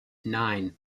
nine